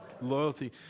Loyalty